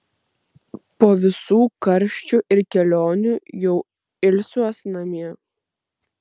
po visų karščių ir kelionių jau ilsiuos namie